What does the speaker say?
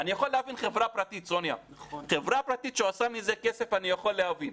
חברה פרטית שעושה מזה כסף, אני יכול להבין.